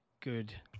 good